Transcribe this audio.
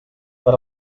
per